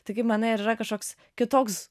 tai kaip manai ar yra kažkoks kitoks